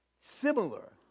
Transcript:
similar